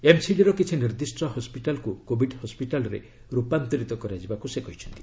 ଏମ୍ସିଡିର କିଛି ନିର୍ଦ୍ଦିଷ୍ଟ ହସ୍କିଟାଲ୍କୁ କୋବିଡ୍ ହସ୍କିଟାଲ୍ରେ ରୂପାନ୍ତରିତ କରାଯିବାକୁ ସେ କହିଛନ୍ତି